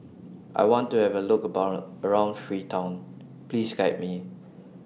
I want to Have A Look Bond around Freetown Please Guide Me